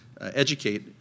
Educate